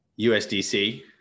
USDC